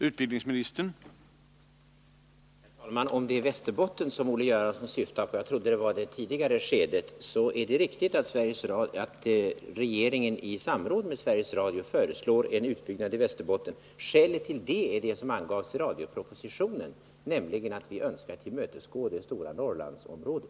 Herr talman! Om det är Västerbotten som Olle Göransson syftar på — jag trodde det var det tidigare skedet — så är det riktigt att regeringen i samråd med Sveriges Radio föreslår en utbyggnad i Västerbotten. Skälet till det är det som angavs i radiopropositionen, nämligen att vi önskar tillmötesgå det stora Norrlandsområdet.